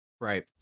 right